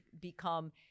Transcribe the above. become